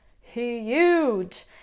huge